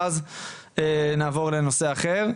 ואז נעבור לנושא אחר.